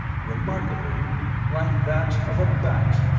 remarkably like that of a bat.